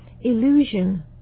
illusion